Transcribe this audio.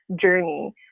journey